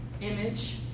image